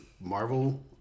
Marvel